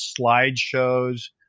slideshows